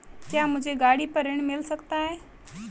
क्या मुझे गाड़ी पर ऋण मिल सकता है?